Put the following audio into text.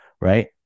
right